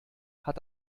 hat